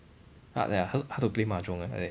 hard lah hard hard to play mahjong lah like that